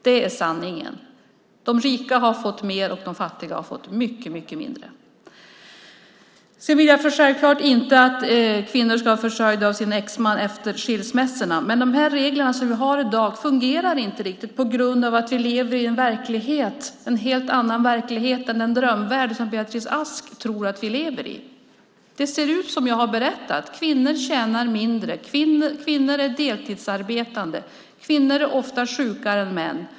Det är sanningen. De rika har fått mer och de fattiga har fått mycket mindre. Jag vill självfallet inte att kvinnor ska vara försörjda av sina exmän efter skilsmässorna. Men de regler som vi har i dag fungerar inte riktigt på grund av att vi lever i en helt annan verklighet än den drömvärld som Beatrice Ask tror att vi lever i. Det ser ut som det jag har berättat om; kvinnor tjänar mindre, kvinnor är deltidsarbetande och kvinnor är ofta sjukare än män.